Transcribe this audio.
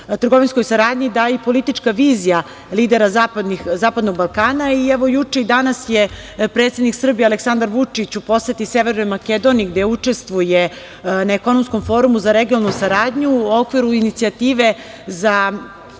daje i politička vizija lidera Zapadnog Balkana. Juče i danas je predsednik Srbije, Aleksandar Vučić u poseti Severnoj Makedoniji, gde učestvuje na Ekonomskom forumu za regionalnu saradnju u okviru inicijative za